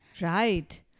Right